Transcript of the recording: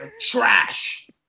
trash